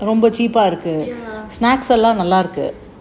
ya